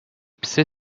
psy